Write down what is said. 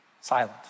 Silent